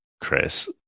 Chris